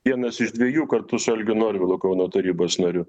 vienas iš dviejų kartu su algio norvilu kauno tarybos nariu